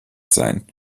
sein